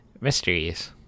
mysteries